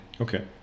Okay